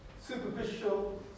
Superficial